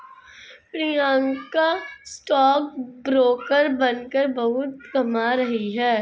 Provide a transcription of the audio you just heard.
Priyanka stock broker बनकर बहुत कमा रही है